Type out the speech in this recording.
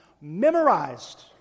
memorized